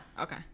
Okay